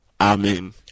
Amen